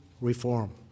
reform